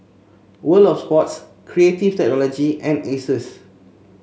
World Of Sports Creative Technology and Asus